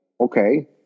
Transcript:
okay